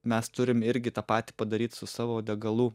mes turim irgi tą patį padaryt su savo degalų